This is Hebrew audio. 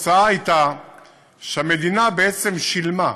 והתוצאה הייתה שהמדינה בעצם שילמה,